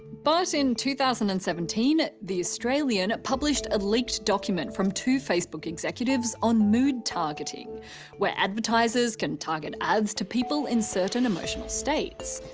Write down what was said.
but in two thousand and seventeen, the australian published a leaked document from two facebook executives on mood targeting where advertisers can target ads to people in certain emotional states.